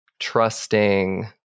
trusting